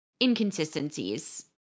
inconsistencies